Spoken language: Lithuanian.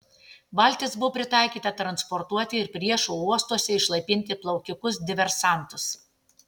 valtis buvo pritaikyta transportuoti ir priešo uostuose išlaipinti plaukikus diversantus